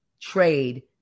trade